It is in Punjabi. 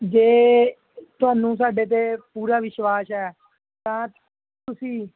ਜੇ ਤੁਹਾਨੂੰ ਸਾਡੇ 'ਤੇ ਪੂਰਾ ਵਿਸ਼ਵਾਸ ਹੈ ਤਾਂ ਤੁਸੀਂ